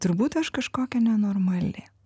turbūt aš kažkokia nenormali